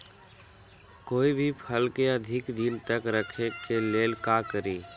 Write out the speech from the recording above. कोई भी फल के अधिक दिन तक रखे के लेल का करी?